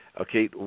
Okay